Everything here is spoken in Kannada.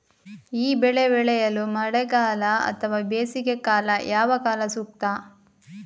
ಈ ಬೆಳೆ ಬೆಳೆಯಲು ಮಳೆಗಾಲ ಅಥವಾ ಬೇಸಿಗೆಕಾಲ ಯಾವ ಕಾಲ ಸೂಕ್ತ?